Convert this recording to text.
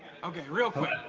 real quick,